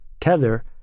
Tether